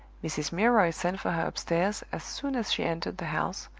mrs. milroy sent for her upstairs as soon as she entered the house,